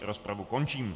Rozpravu končím.